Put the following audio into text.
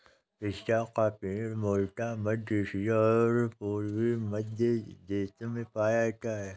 पिस्ता का पेड़ मूलतः मध्य एशिया और पूर्वी मध्य देशों में पाया जाता है